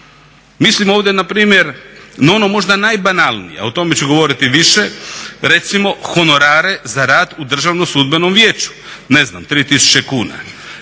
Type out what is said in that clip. Mislim ovdje na primjer na ono možda najbanalnije, a o tome ću govoriti više. Recimo honorare za rad u Državnom sudbenom vijeću, ne znam 3000 kuna.